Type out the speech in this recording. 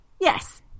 Yes